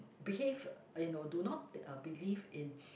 behave you know do not uh believe in